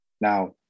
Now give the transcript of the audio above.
now